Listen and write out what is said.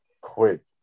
Quick